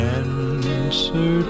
answer